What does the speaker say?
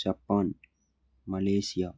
Japan Malaysia